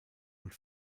und